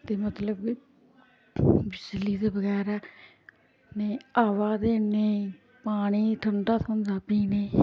ते मतलब कि बिजली दे बगैरा नेईं हवा ते नेईं पानी ठंडा थ्होंदा पीने गी